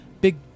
big